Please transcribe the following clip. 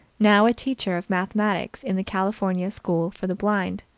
now a teacher of mathematics in the california school for the blind.